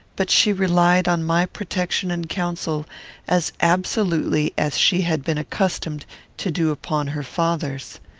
but she relied on my protection and counsel as absolutely as she had been accustomed to do upon her father's.